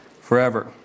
forever